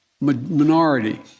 minority